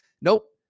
nope